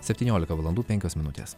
septyniolika valandų penkios minutės